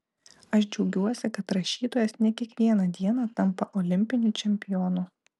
aš džiaugiuosi kad rašytojas ne kiekvieną dieną tampa olimpiniu čempionu